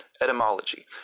Etymology